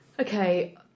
Okay